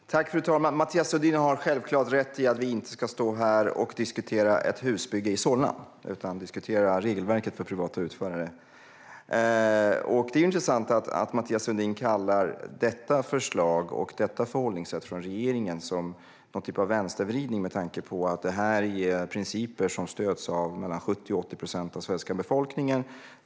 Fru talman! Mathias Sundin har självklart rätt i att vi inte ska diskutera ett husbygge i Solna, utan vi ska diskutera regelverket för privata utförare. Det är intressant att Mathias Sundin kallar detta förslag och regeringens förhållningssätt som en typ av vänstervridning med tanke på att det här är principer som stöds av mellan 70 och 80 procent av svenska befolkningen.